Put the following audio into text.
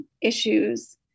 issues